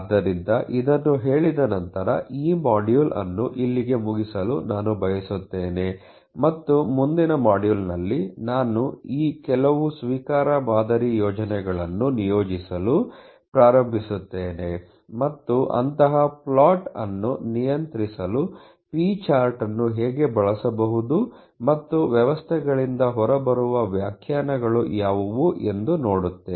ಆದ್ದರಿಂದ ಇದನ್ನು ಹೇಳಿದ ನಂತರ ಈ ಮಾಡ್ಯೂಲ್ ಅನ್ನು ಇಲ್ಲಿಗೆ ಮುಗಿಸಲು ನಾನು ಬಯಸುತ್ತೇನೆ ಮತ್ತು ಮುಂದಿನ ಮಾಡ್ಯೂಲ್ನಲ್ಲಿ ನಾನು ಈ ಕೆಲವು ಸ್ವೀಕಾರ ಮಾದರಿ ಯೋಜನೆಗಳನ್ನು ಯೋಜಿಸಲು ಪ್ರಾರಂಭಿಸುತ್ತೇನೆ ಮತ್ತು ಅಂತಹ ಪ್ಲಾಟ್ ಅನ್ನು ನಿಯಂತ್ರಿಸಲು p ಚಾರ್ಟ್ ಅನ್ನು ಹೇಗೆ ಬಳಸಬಹುದು ಮತ್ತು ವ್ಯವಸ್ಥೆಗಳಿಂದ ಹೊರಬರುವ ವ್ಯಾಖ್ಯಾನಗಳು ಯಾವುವು ಎಂದು ನೋಡುತ್ತೇವೆ